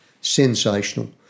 sensational